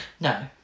No